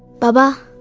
baba?